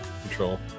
control